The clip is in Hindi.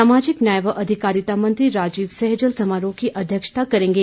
सामाजिक न्याय व अधिकारिता मंत्री राजीव सहजल समारोह की अध्यक्षता करेंगे